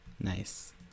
Nice